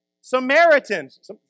Samaritans